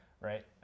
right